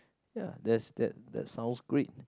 ya that's that that sounds great